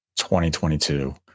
2022